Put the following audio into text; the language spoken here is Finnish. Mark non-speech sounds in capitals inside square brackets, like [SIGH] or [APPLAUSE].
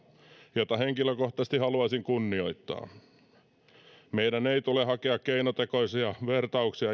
jota henkilökohtaisesti haluaisin kunnioittaa meidän ei tule hakea keinotekoisia istumajärjestyksen vertauksia [UNINTELLIGIBLE]